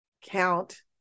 count